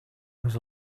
was